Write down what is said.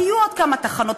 יהיו עוד כמה תחנות,